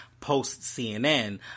post-CNN